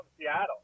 Seattle